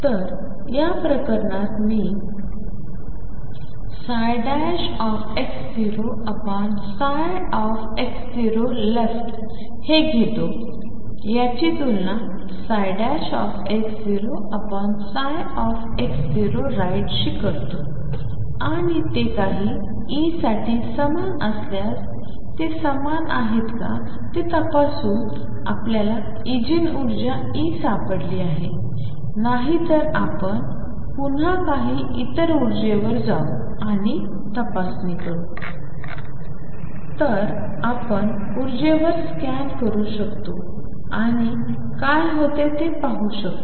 तर या प्रकरणात मी काय x0x0।left हे घेतो आणि याची तुलना x0x0।right शी करतो आणि ते काही E साठी समान असल्यास ते समान आहेत का ते तपासून आपल्याला इगेन ऊर्जा E सापडली आहे नाही तर आपण पुन्हा काही इतर ऊर्जेवर जाऊ आणि तपासणी करू तर आपण उर्जेवर स्कॅन करू शकतो आणि काय होते ते पाहू शकतो